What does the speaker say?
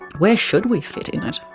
where should we fit in it?